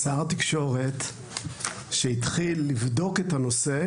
שר התקשורת שהתחיל לבדוק את הנושא,